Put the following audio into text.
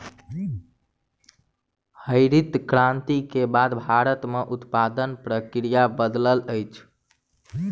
हरित क्रांति के बाद भारत में उत्पादन प्रक्रिया बदलल अछि